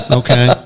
okay